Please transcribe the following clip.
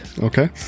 Okay